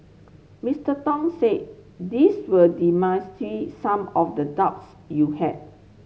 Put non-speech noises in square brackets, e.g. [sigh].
Mister Tong said this will [unintelligible] some of the doubts you had